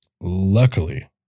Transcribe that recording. luckily